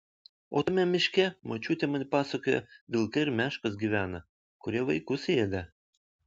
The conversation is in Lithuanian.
o tame miške močiutė man pasakojo vilkai ir meškos gyvena kurie vaikus ėda